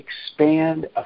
expand